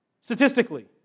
Statistically